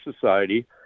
Society